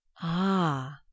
Ah